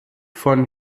von